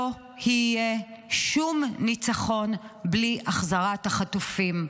לא יהיה שום ניצחון בלי החזרת החטופים.